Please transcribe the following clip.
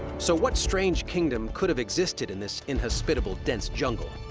so, what strange kingdom could have existed in this inhospitable, dense jungle?